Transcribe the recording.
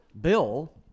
Bill